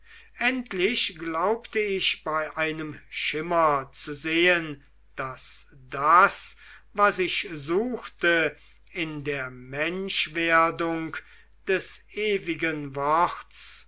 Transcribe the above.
endlich glaubte ich bei einem schimmer zu sehen daß das was ich suchte in der menschwerdung des ewigen worts